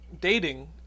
dating